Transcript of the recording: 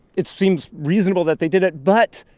it seems reasonable that they did it. but,